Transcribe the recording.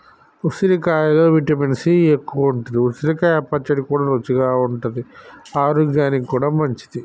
ఉసిరికాయలో vitamin C ఎక్కువుంటది, ఉసిరికాయ పచ్చడి కూడా రుచిగా ఉంటది ఆరోగ్యానికి కూడా మంచిది